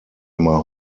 immer